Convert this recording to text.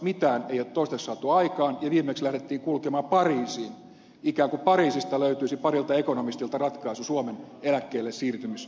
mitään ei toistaiseksi ole saatu aikaan ja viimeksi lähdettiin kulkemaan pariisiin ikään kuin pariisista löytyisi parilta ekonomistilta ratkaisu suomen eläkkeellesiirtymisongelmaan